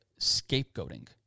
scapegoating